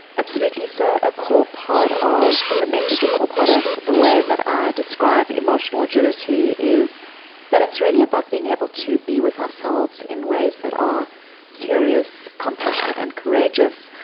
absolutely. so a core part of the message, a core part of the way that i describe emotional agility is that it's really about being able to be with ourselves in ways that are curious, compassionate and courageous,